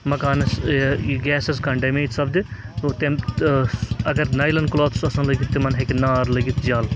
مکانَس یہِ گیسَس کانٛہہ ڈیمج سَپدِ گوٚو تَمہِ اگر نایلَن کلاتھ آسان لٲگِتھ تِمَن ہیٚکہِ نار لٔگِتھ جل